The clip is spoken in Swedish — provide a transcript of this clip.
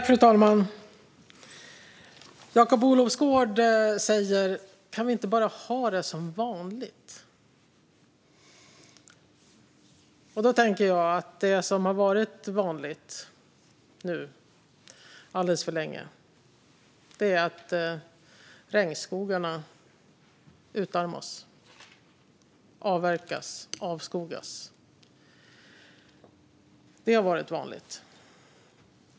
Fru talman! Jakob Olofsgård säger: Kan vi inte bara ha det som vanligt? Då tänker jag att det som har varit vanligt alldeles för länge är att regnskogarna utarmas, avverkas och avskogas. Det har varit vanligt.